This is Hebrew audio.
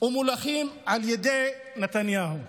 ומולכים על ידי נתניהו,